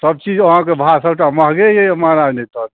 सबचीज अहाँके भाव सबटा महगे अइ महाराज नहितँ